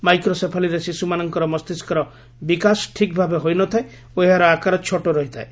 ମାଇକ୍ରୋସେଫାଲିରେ ଶିଶୁମାନଙ୍କର ମସ୍ତିଷ୍କର ବିକାଶ ଠିକ୍ଭାବେ ହୋଇ ନ ଥାଏ ଓ ଏହାର ଆକାର ଛୋଟ ରହିଥାଏ